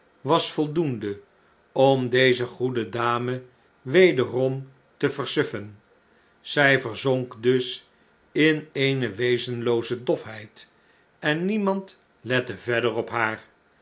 was voldoende om deze goede dame wederom te versuffen zij verzonk dus in eene wezenlooze dofheid en niemand lette verder op haar